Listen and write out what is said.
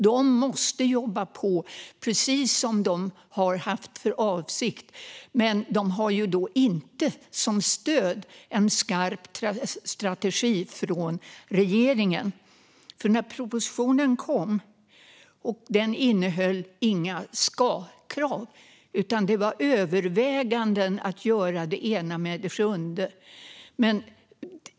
De måste jobba på precis som de har haft för avsikt. Men de har då inte en skarp strategi från regeringen som stöd, för när propositionen kom innehöll den inga ska-krav. Det var överväganden om att göra det ena med det sjunde.